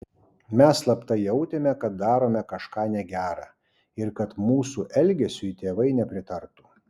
mes slapta jautėme kad darome kažką negera ir kad mūsų elgesiui tėvai nepritartų